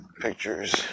pictures